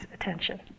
attention